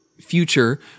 future